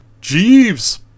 Jeeves